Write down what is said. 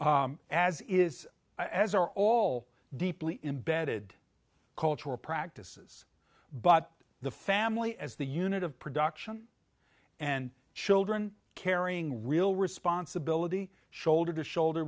it is as are all deeply embedded cultural practices but the family as the unit of production and children carrying real responsibility shoulder to shoulder